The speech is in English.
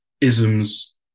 isms